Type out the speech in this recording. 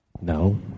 No